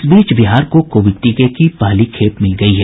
इस बीच बिहार को कोविड टीके की पहली खेप मिल गयी है